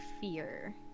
fear